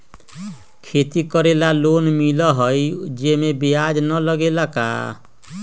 खेती करे ला लोन मिलहई जे में ब्याज न लगेला का?